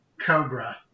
Cobra